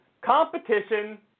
competition